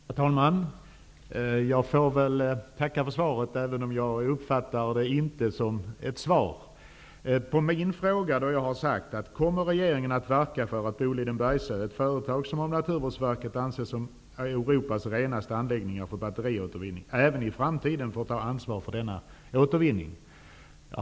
Herr talman! Jag får väl tacka för svaret, även om jag inte uppfattar det som ett svar. Jag frågade: Bergsöe, ett företag som av Naturvårdsverket anses som Europas renaste anläggning för batteriåtervinning, även i framtiden får ta ansvar för denna återvinning?